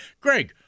Greg